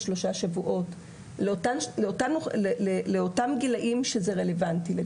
שלושה שבועות לאותם גילאים שזה רלוונטי.